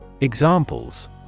Examples